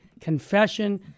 Confession